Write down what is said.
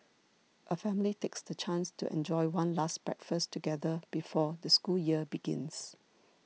a family takes the chance to enjoy one last breakfast together before the school year begins